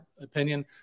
opinion